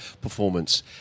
performance